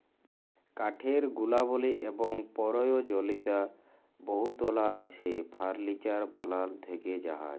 কাঠের গুলাবলি এবং পরয়োজলীয়তা বহুতলা আছে ফারলিচার বালাল থ্যাকে জাহাজ